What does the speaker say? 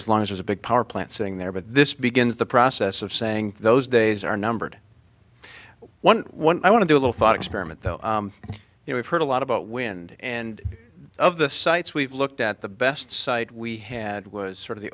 as long as there's a big power plant sitting there but this begins the process of saying those days are numbered one one i want to do a little thought experiment that you know we've heard a lot about wind and of the sites we've looked at the best site we had was sort of the